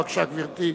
בבקשה, גברתי.